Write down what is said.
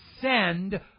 send